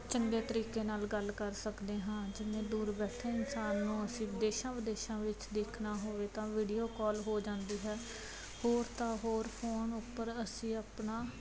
ਚੰਗੇ ਤਰੀਕੇ ਨਾਲ ਗੱਲ ਕਰ ਸਕਦੇ ਹਾਂ ਜਿਵੇਂ ਦੂਰ ਬੈਠੇ ਇਨਸਾਨ ਨੂੰ ਅਸੀਂ ਦੇਸ਼ਾਂ ਵਿਦੇਸ਼ਾਂ ਵਿੱਚ ਦੇਖਣਾ ਹੋਵੇ ਤਾਂ ਵੀਡੀਓ ਕਾਲ ਹੋ ਜਾਂਦੀ ਹੈ ਹੋਰ ਤਾਂ ਹੋਰ ਫੋਨ ਉੱਪਰ ਅਸੀਂ ਆਪਣਾ